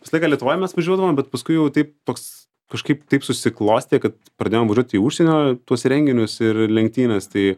visą laiką lietuvoj mes važiuodavom bet paskui jau taip toks kažkaip taip susiklostė kad pradėjom važiuot į užsienio tuos renginius ir lenktynės tai